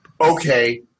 Okay